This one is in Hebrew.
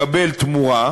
מקבל תמורה,